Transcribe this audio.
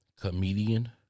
Comedian